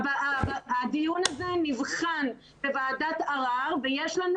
הדיון הזה נבחן בוועדת ערר ויש לנו